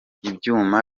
ibyuma